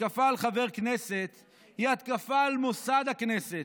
התקפה על חבר כנסת היא התקפה על מוסד הכנסת,